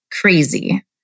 crazy